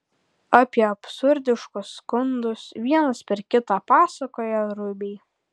apie absurdiškus skundus vienas per kitą pasakojo ruibiai